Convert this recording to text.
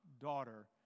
daughter